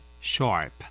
Sharp